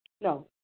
no